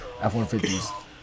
F-150s